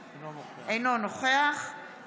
אינו נוכח נעמה לזימי,